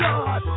God